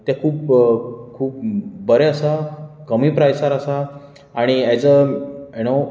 तें खूब खूब बरें आसा कमी प्रायसान आसा आनी एज अ यु नो